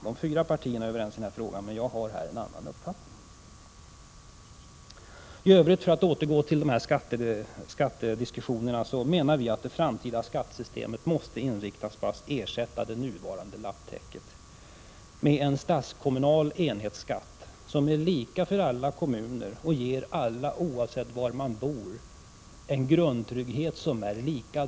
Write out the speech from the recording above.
De övriga fyra partierna är överens, men jag och vpk har en annan uppfattning. För att återgå till diskussionen om skatterna vill jag säga att vi anser att det framtida skattesystemet måste inriktas på att ersätta det nuvarande lapptäcket med en statskommunal enhetsskatt, som är lika för alla kommuner och ger alla oavsett bostadsort samma grundtrygghet.